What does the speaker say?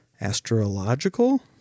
astrological